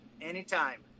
anytime